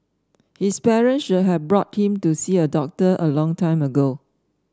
his parent should have brought him to see a doctor a long time ago